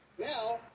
Now